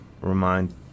remind